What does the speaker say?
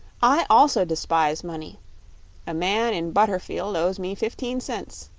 i also despise money a man in butterfield owes me fifteen cents,